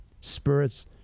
spirits